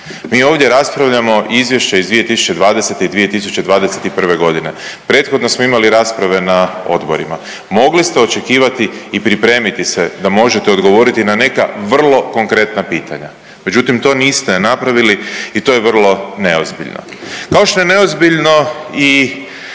Mi ovdje raspravljamo izvješća iz 2020. i 2021. godine, prethodno smo imali rasprave na odborima, mogli ste očekivati i pripremiti se da možete odgovoriti na neka vrlo konkretna pitanja. Međutim, to niste napravili i to je vrlo neozbiljno. Kao što je neozbiljno i